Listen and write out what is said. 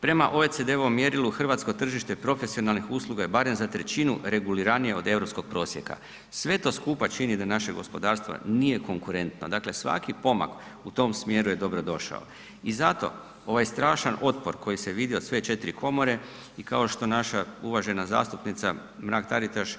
Prema OECD-ovom mjerilu hrvatsko tržište profesionalnih usluga je barem za trećinu reguliranije od europskog prosjeka, sve to skupa čini da naše gospodarstvo nije konkurentno, dakle svaki pomak u tom smjeru je dobro došao i zato ovaj strašan otpor koji se vidio u sve 4 komore i kao što naša uvažena zastupnica Mrak Taritaš